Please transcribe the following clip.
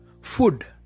Food